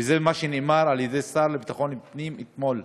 וזה מה שנאמר על-ידי השר לביטחון פנים אתמול.